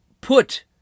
put